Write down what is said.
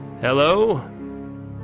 Hello